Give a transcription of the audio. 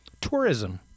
tourism